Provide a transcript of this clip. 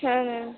ಹಾಂ ಮ್ಯಾಮ್